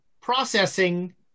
processing